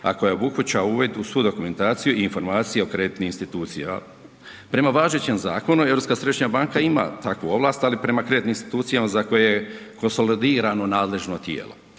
a koja obuhvaća uvid u svu dokumentaciju i informacije o kreditnim institucija. Prema važećem zakonu, Europska središnja banka ima takvu ovlast, ali prema kreditnim institucijama za koje je konsolidirano nadležno tijelo.